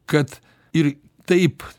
kad ir taip